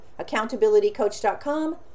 accountabilitycoach.com